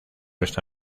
esta